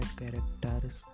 characters